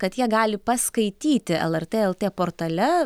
kad jie gali paskaityti lrt lt portale